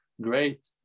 great